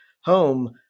home